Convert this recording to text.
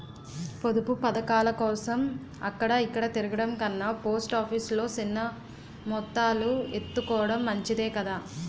పొదుపు పదకాలకోసం అక్కడ ఇక్కడా తిరగడం కన్నా పోస్ట్ ఆఫీసు లో సిన్న మొత్తాలు ఎత్తుకోడం మంచిదే కదా